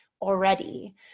already